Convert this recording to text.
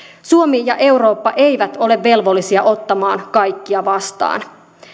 suomi ja eurooppa eivät ole velvollisia ottamaan kaikkia vastaan